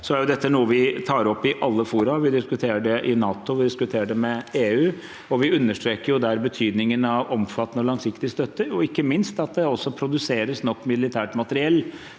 oss. Dette er noe vi tar opp i alle fora. Vi diskuterer det i NATO, vi diskuterer det med EU, og vi understreker der betydningen av omfattende og langsiktig støtte og ikke minst at det også produseres nok militært materiell.